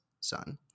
son